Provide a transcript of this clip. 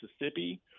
Mississippi